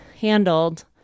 handled